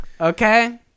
Okay